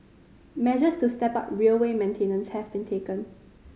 measures to step up railway maintenance have been taken